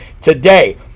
today